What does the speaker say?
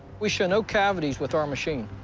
we show no cavities with our machine.